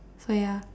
so ya